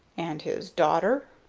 and his daughter?